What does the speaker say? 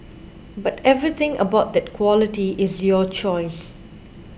but everything about that quality is your choice